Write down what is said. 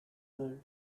the